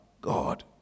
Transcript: God